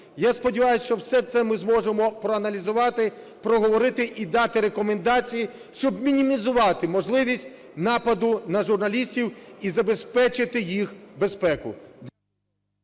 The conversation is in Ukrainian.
Я сподіваюсь, що все це ми зможемо проаналізувати, проговорити і дати рекомендації, щоб мінімізувати можливість нападу на журналістів і забезпечити їх безпеку.